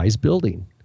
building